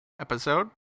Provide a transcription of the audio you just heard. episode